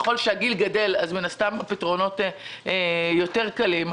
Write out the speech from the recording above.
ככל שהגיל גדל אז מן הסתם הפתרונות יותר קלים,